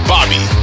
Bobby